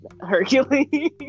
Hercules